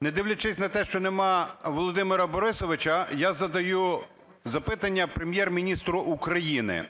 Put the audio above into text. Не дивлячись на те, що немає Володимира Борисовича, я задаю запитання Прем'єр-міністру України.